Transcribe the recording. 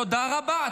תודה רבה,